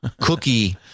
cookie